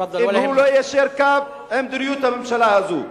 אם הוא לא יישר קו עם מדיניות הממשלה הזאת.